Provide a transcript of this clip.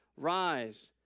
Rise